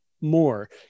more